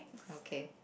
okay